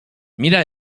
mira